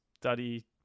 study